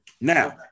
Now